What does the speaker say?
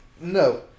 No